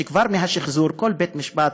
כבר מהשחזור, כל בית-משפט